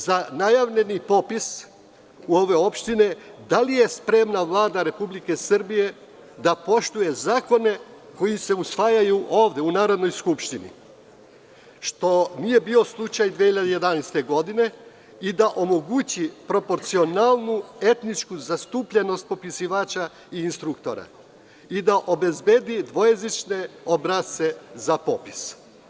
Za najavljeni popis u ovim opštinama, da li je spremna Vlada Republike Srbije da poštuje zakone koji se usvajaju ovde u Narodnoj skupštini, što nije bio slučaj 2011. godine i da omogući proporcionalnu etničku zastupljenost popisivača i instruktora, i da obezbedi dvojezične obrasce za popis.